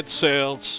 sales